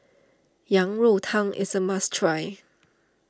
Yang Rou Tang is a must try